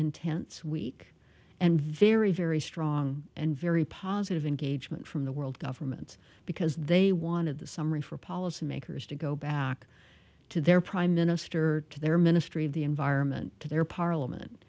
intense week and very very strong and very positive engagement from the world governments because they wanted the summary for policymakers to go back to their prime minister to their ministry of the environment to their parliament